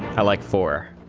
like four